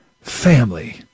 family